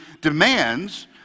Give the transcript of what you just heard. demands